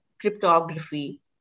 cryptography